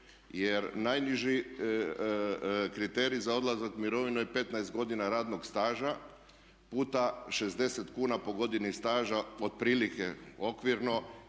Jer najniži kriterij za odlazak u mirovinu je 15 godina radnog staža puta 60 kuna po godini staža, otprilike okvirno,